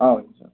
ஆ ஓகேங்க சார்